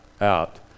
out